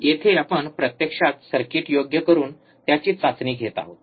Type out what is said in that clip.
येथे आपण प्रत्यक्षात सर्किट योग्य करून त्याची चाचणी घेत आहोत